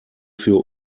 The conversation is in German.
für